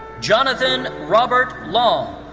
jonathon robert long.